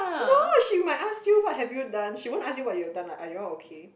no she might ask you what have you done she won't ask you what you have done lah are you all okay